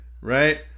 Right